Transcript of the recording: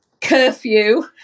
curfew